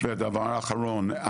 והדבר האחרון,